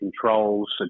controls